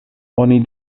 oni